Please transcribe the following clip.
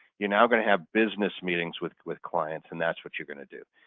you're now going to have business meetings with with clients and that's what you're going to do.